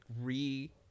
re-